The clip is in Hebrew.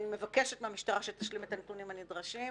אני מבקשת מהמשטרה שתשלים את הנתונים הנדרשים.